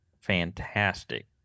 fantastic